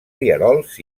rierols